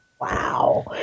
wow